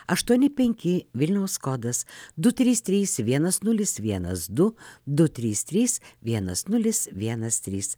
aštuoni penki vilniaus kodas du trys trys vienas nulis vienas du du trys trys vienas nulis vienas trys